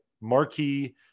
marquee